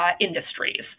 industries